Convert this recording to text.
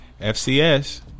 FCS